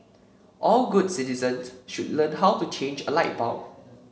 all good citizens should learn how to change a light bulb